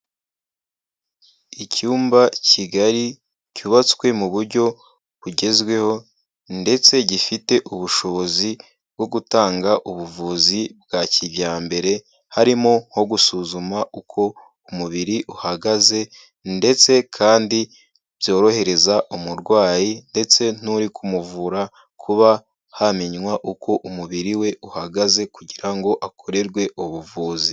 Icyumba kigari, cyubatswe mu buryo bugezweho ndetse gifite ubushobozi bwo gutanga ubuvuzi bwa kijyambere, harimo nko gusuzuma uko umubiri uhagaze ndetse kandi byorohereza umurwayi ndetse n'uri kumuvura kuba hamenywa uko umubiri we uhagaze kugira ngo akorerwe ubuvuzi.